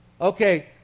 okay